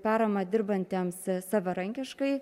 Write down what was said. paramą dirbantiems savarankiškai